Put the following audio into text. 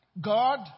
God